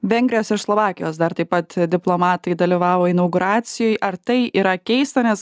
vengrijos ir slovakijos dar taip pat diplomatai dalyvavo inauguracijoj ar tai yra keista nes